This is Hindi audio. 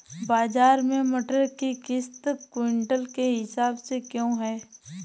बाजार में मटर की कीमत क्विंटल के हिसाब से क्यो है?